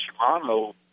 Shimano